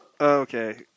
Okay